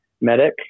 medic